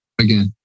again